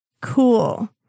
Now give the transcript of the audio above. Cool